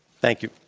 thank you.